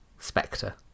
Spectre